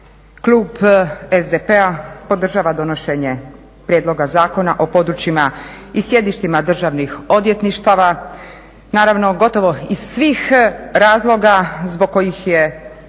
Klub SDP-a podržava donošenje prijedloga zakona o područjima i sjedištima državnih odvjetništava. Naravno gotovo iz svih razloga zbog kojih je podržao